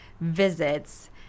visits